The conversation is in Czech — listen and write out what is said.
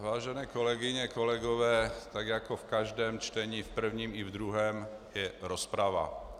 Vážené kolegyně, kolegové, tak jako v každém čtení, v prvním i ve druhém, je rozprava.